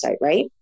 Right